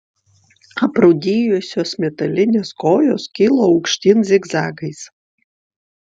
aprūdijusios metalinės kojos kilo aukštyn zigzagais